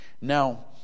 Now